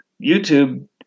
YouTube